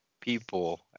People